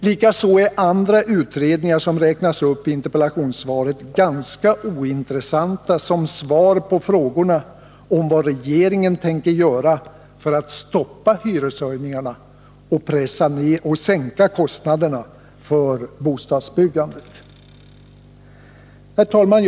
Likaså är andra utredningar som räknas upp i interpellationssvaret ganska ointressanta som svar på frågorna om vad regeringen tänker göra för att stoppa hyreshöjningarna och sänka kostnaderna för bostadsbyggandet. Herr talman!